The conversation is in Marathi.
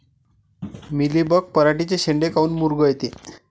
मिलीबग पराटीचे चे शेंडे काऊन मुरगळते?